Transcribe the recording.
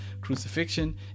crucifixion